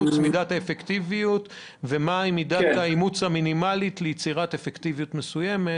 והאפקטיביות ומהי מידת האימוץ המינימלית ליצירת אפקטיביות מסוימת.